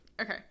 okay